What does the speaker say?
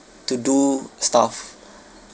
to do stuff